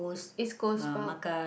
East-Coast-Park